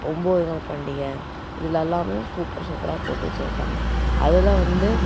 இப்போ ஒம்பது நாள் பண்டிகை இதில் எல்லாமே சூப்பர் சூப்பராக போட்டு வச்சிருப்பாங்க அதில் வந்து